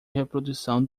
reprodução